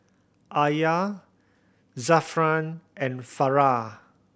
Alya Zafran and Farah